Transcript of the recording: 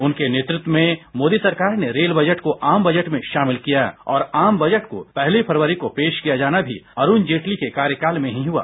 उनके नेतृत्व में मोदी सरकार ने रेल बजट को आम बजट में शामिल किया और आम बजट को पहली फरवरी को पेश किया जाना भी अरुण जेटली के कार्यकाल में ही हुआ